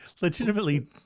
legitimately